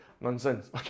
nonsense